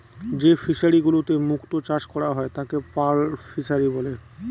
যে ফিশারিগুলোতে মুক্ত চাষ করা হয় তাকে পার্ল ফিসারী বলে